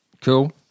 Cool